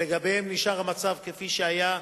ולגביהם המצב נשאר כפי שהיה.